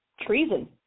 treason